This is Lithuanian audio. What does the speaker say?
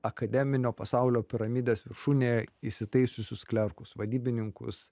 akademinio pasaulio piramidės viršūnėje įsitaisiusius klerkus vadybininkus